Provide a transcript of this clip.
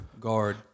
guard